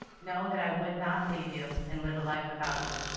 know that i would not leave you and live a life without you.